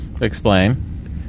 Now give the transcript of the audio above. Explain